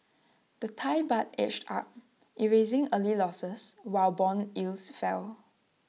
the Thai Baht edged up erasing early losses while Bond yields fell